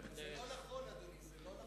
זה לא נכון, אדוני.